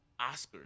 Oscars